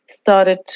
started